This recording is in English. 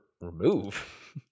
Remove